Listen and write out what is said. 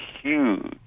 huge